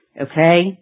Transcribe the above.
okay